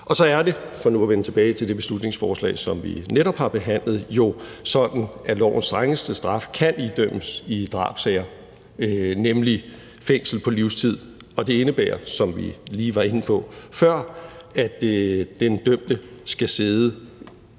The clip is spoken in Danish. Så er det for nu at vende tilbage til det beslutningsforslag, som vi netop har behandlet, sådan, at lovens strengeste straf, nemlig fængsel på livstid, kan idømmes i drabssager, og det indebærer, som vi lige var inde på før, at den dømte skal sidde